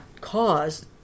cause